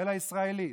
אלא ישראלית,